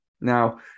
now